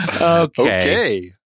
Okay